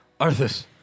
Arthas